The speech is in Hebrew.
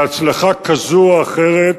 בהצלחה כזו או אחרת,